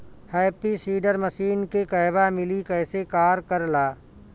Happy seeder machine के कहवा मिली कैसे कार कर ला?